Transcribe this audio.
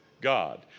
God